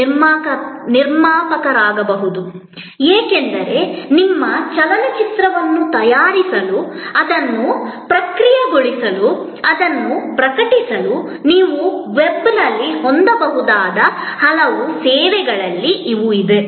ಏಕೆಂದರೆ ನೀವು ವೆಬ್ನಲ್ಲಿ ಹೊಂದಬಹುದಾದ ಹಲವು ಸೇವೆಗಳಲ್ಲಿ ನಿಮ್ಮ ಚಲನಚಿತ್ರವನ್ನು ತಯಾರಿಸಲು ಅದನ್ನು ಪ್ರಕ್ರಿಯೆಗೊಳಿಸಲು ಅದನ್ನು ಪ್ರಕಟಿಸಲು ಸಾಧ್ಯವಾಗುತ್ತದೆ